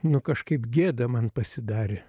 nu kažkaip gėda man pasidarė